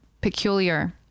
peculiar